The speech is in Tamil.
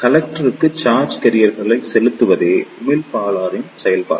கலெக்டருக்கு சார்ஜ் கேரியர்களை செலுத்துவதே உமிழ்ப்பாளரின் செயல்பாடு